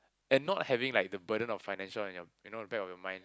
and not having like the burden of financial on your you know the back of your mind